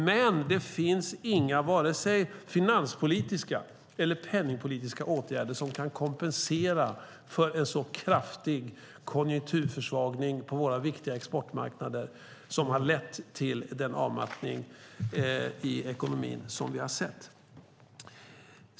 Men det finns inga vare sig finanspolitiska eller penningpolitiska åtgärder som kan kompensera för en så kraftig konjunkturförsvagning på våra viktiga exportmarknader som har lett till den avmattning i ekonomin som vi har sett.